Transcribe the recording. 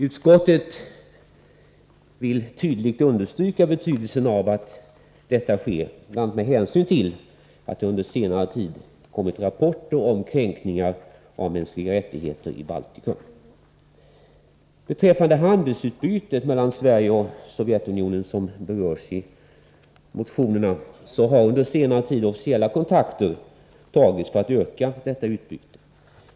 Utskottet vill tydligt understryka betydelsen av att detta sker, bl.a. med hänsyn till att det under senare tid kommit rapporter om kränkningar av mänskliga rättigheter i Baltikum. Beträffande handelsutbytet mellan Sverige och Sovjetunionen, som också berörs i motionerna, har under senare tid officiella kontakter tagits för att öka detta utbyte.